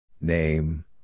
Name